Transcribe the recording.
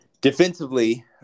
defensively